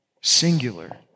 singular